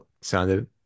Sounded